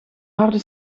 harde